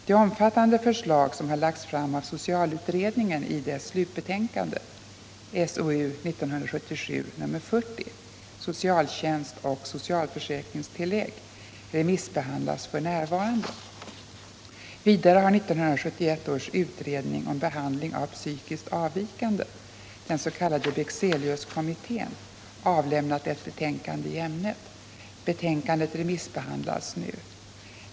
De omfattande förslag som har lagts fram av socialutredningen i dess slutbetänkande Socialtjänst och socialförsäkringstillägg remissbehandlas f. n. Vidare har 1971 års utredning om behandling av psykiskt avvikande avlämnat ett betänkande i ämnet. Betänkandet remissbehandlas nu.